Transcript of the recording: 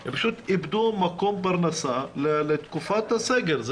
הם איבדו מקום פרנסה לתקופת הסגר.